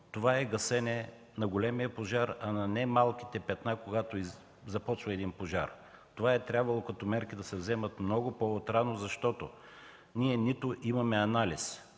момента е гасене на големия пожар, а не на малките петна, когато започва един пожар. Трябвало е мерките да се вземат много по-отрано, защото нито имаме анализ,